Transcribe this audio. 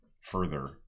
further